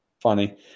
funny